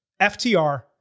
FTR